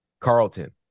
Carlton